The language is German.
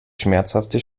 schmerzhafte